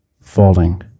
falling